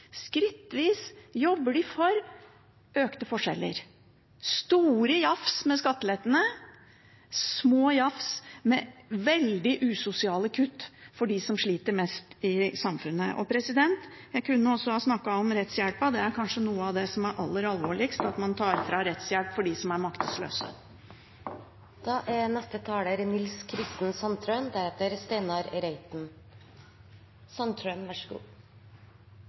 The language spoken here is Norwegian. skrittvis, jobber de for økte forskjeller – store jafs med skattelettene, små jafs med veldig usosiale kutt for dem som sliter mest i samfunnet. Jeg kunne også ha snakket om rettshjelpen. Det er kanskje noe av det som er aller alvorligst:at man tar rettshjelp fra dem som er maktesløse. Historien om den norske velferdsstaten er